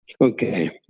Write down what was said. Okay